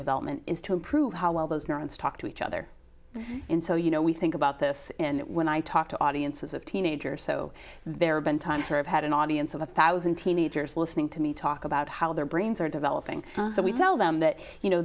development is to improve how well those neurons talk to each other and so you know we think about this when i talk to audiences of teenagers so there have been times when i've had an audience of a thousand teenagers listening to me talk about how their brains are developing so we tell them that you know